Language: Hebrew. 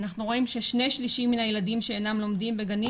אנחנו רואים ששני שלישים מן הילדים שאינם לומדים בגנים